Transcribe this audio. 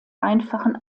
einfachen